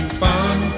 fun